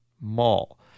Mall